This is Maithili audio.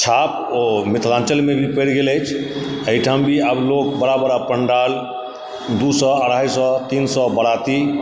छाप ओ मिथिलान्चलमे भी परि गेल अछि एहिठाम भी आब लोक बड़ा बड़ा पण्डाल दू सौ अढ़ाइ सौ तीन सौ बाराती